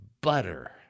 butter